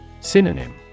Synonym